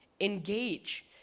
Engage